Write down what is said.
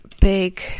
Big